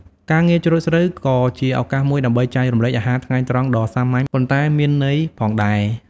ការងារច្រូតស្រូវក៏ជាឱកាសមួយដើម្បីចែករំលែកអាហារថ្ងៃត្រង់ដ៏សាមញ្ញប៉ុន្តែមានន័យផងដែរ។